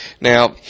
Now